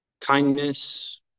kindness